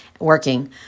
working